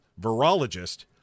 virologist